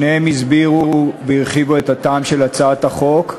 שניהם הסבירו והרחיבו את הטעם של הצעת החוק.